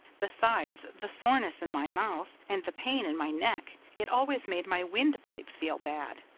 besides the soreness in my mouth, and the pain in my neck, it always made my windpipe feel bad,